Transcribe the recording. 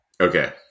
Okay